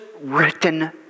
written